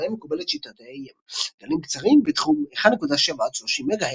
בהם מקובלת שיטת ה-AM גלים קצרים בתחום 1.7-30 מגה הרץ,